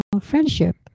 friendship